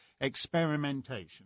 experimentation